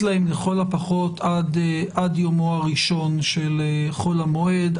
להם לכל הפחות עד יומו הראשון חול המועד.